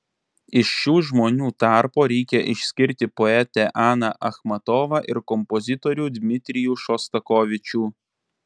iš šių žmonių tarpo reikia išskirti poetę aną achmatovą ir kompozitorių dmitrijų šostakovičių